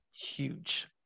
huge